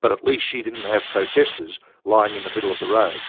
but at least she didn't have protesters lying in the middle of the road!